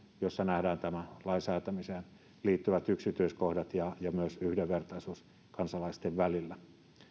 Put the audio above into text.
jossa nähdään tämän lain säätämiseen liittyvät yksityiskohdat ja ja myös yhdenvertaisuus kansalaisten välillä